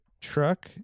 truck